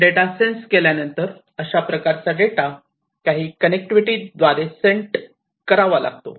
data sense केल्यानंतर अशा प्रकारचा डेटा काही कनेक्टिविटी द्वारे सेंट करावा लागतो